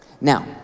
Now